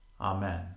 Amen